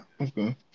Okay